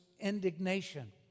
indignation